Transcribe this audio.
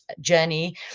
journey